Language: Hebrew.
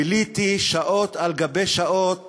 ביליתי שעות על גבי שעות